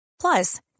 Plus